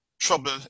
trouble